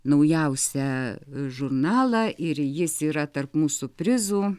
naujausią žurnalą ir jis yra tarp mūsų prizų